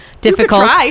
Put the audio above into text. difficult